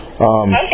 Okay